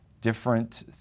different